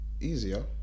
easier